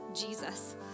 Jesus